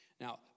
Now